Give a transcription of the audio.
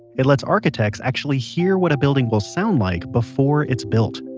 it lets architects actually hear what a building will sound like before it's built.